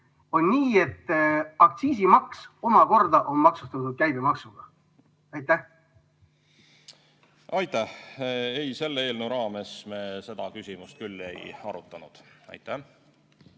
on nii, et aktsiisimaks omakorda on maksustatud käibemaksuga? Aitäh! Ei, selle eelnõu raames me seda küsimust ei arutanud. Aitäh!